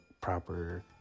proper